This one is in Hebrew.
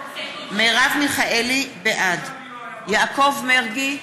בעד יעקב מרגי,